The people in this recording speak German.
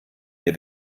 mir